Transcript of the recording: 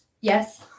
Yes